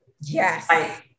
Yes